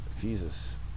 Jesus